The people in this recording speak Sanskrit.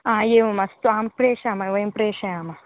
हा एवमस्तु अहं प्रेषयामः वयं प्रेषयामः